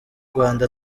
rwanda